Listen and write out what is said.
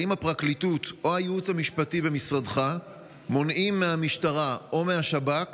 האם הפרקליטות או הייעוץ המשפטי במשרדך מונעים מהמשטרה או מהשב"כ